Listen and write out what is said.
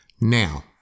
Now